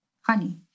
honey